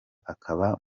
akaba